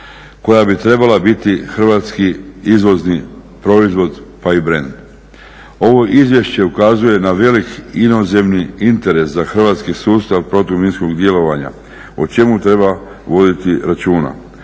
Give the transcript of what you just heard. koja bi trebala biti hrvatski izvozni proizvod pa i brend. Ovo izvješće ukazuje na velik inozemni interes za hrvatski sustav protuminskog djelovanja o čemu treba voditi računa